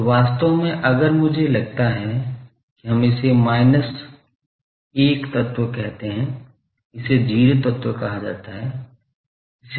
तो वास्तव में अगर मुझे लगता है कि हम इसे minus 1 तत्व कहते हैं इसे 0 तत्व कहा जाता है इसे 12 कहा जाता है